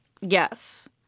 Yes